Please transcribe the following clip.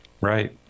right